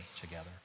together